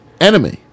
enemy